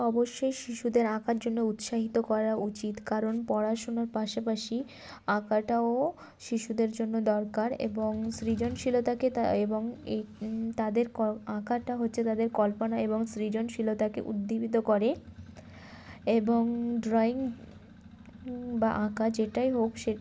অবশ্যই শিশুদের আঁকার জন্য উৎসাহিত করা উচিত কারণ পড়াশোনার পাশাপাশি আঁকাটাও শিশুদের জন্য দরকার এবং সৃজনশীলতাকে তা এবং তাদের আঁকাটা হচ্ছে তাদের কল্পনা এবং সৃজনশীলতাকে উদ্দীবিত করে এবং ড্রয়িং বা আঁকা যেটাই হোক সে